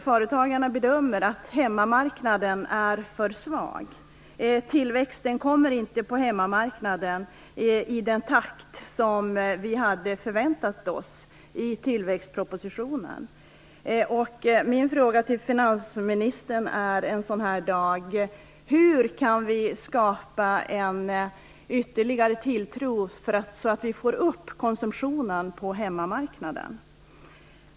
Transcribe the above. Företagarna bedömer att hemmamarknaden är för svag. Tillväxten på hemmamarknaden sker inte i den takt som förväntades i tillväxtpropositionen. Min fråga till finansministern en sådan här dag är: Hur kan vi skapa en ytterligare tilltro, så att vi får upp konsumtionen på hemmamarknaden?